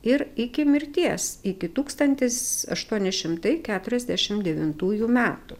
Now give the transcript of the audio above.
ir iki mirties iki tūkstantis aštuoni šimtai keturiasdešimt devintųjų metų